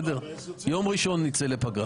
יום ראשון נצא לפגרה.